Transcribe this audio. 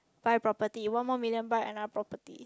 buy property one more million buy another property